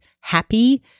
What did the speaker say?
happy